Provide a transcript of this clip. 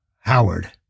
Howard